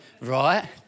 right